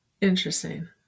Interesting